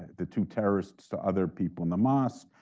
the two terrorists to other people in the mosque,